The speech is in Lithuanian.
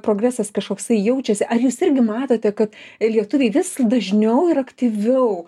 progresas kažkoksai jaučiasi ar jūs irgi matote kad lietuviai vis dažniau ir aktyviau